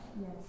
yes